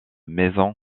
maison